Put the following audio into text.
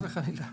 לא, חס וחלילה.